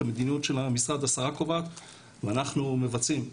את המדיניות של המשרד השרה קובעת ואנחנו מבצעים,